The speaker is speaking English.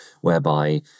whereby